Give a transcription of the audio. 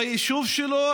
ביישוב שלו,